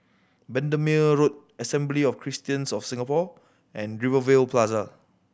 Bendemeer Road Assembly of Christians of Singapore and Rivervale Plaza